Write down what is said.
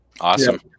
awesome